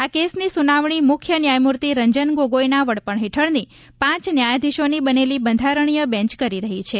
આ કેસની સુનાવણી મુખ્ય ન્યાયમૂર્તિ રંજન ગોગોઈના વડપણ હેઠળની પાંચ ન્યાયાધીશોની બનેલી બંધારણીય બેન્ચ કરી રહી છે